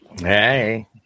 Hey